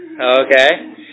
Okay